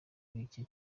bike